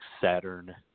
Saturn